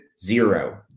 zero